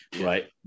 right